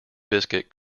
biscuit